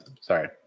sorry